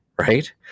right